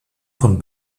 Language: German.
von